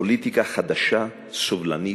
פוליטיקה חדשה, סובלנית,